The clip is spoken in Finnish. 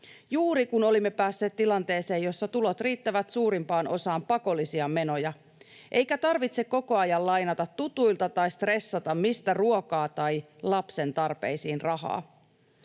juuri, kun olimme päässeet tilanteeseen, jossa tulot riittävät suurimpaan osaan pakollisia menoja, eikä tarvitse koko ajan lainata tutuilta tai stressata, mistä ruokaa tai lapsen tarpeisiin rahaa.